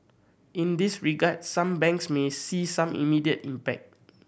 in this regard some banks may see some immediate impact